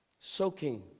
Soaking